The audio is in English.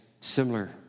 similar